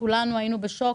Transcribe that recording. כשכולנו היינו בשוק.